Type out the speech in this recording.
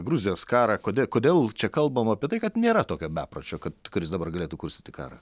gruzijos karą kodėl kodėl čia kalbam apie tai kad nėra tokio bepročio kad kuris dabar galėtų kurstyti karą